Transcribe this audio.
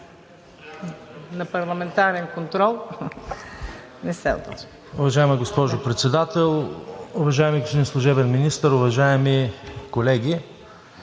на парламентарния контрол